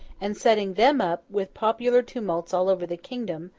and setting them up, with popular tumults all over the kingdom,